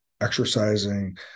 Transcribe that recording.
exercising